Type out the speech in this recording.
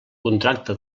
contracta